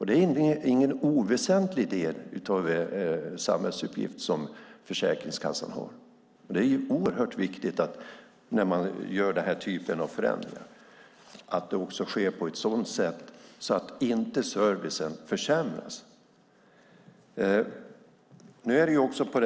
Det är ingen oväsentlig samhällsuppgift Försäkringskassan har, och det är oerhört viktigt när man gör denna typ av förändringar att det sker på ett sådant sätt att inte servicen försämras.